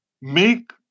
Make